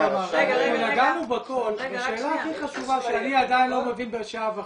אנחנו נגענו בהכל ושאלה הכי חשובה אני עדיין לא מבין בשעה וחצי.